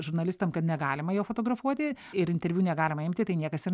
žurnalistam kad negalima jo fotografuoti ir interviu negalima imti tai niekas ir